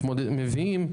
מביאים,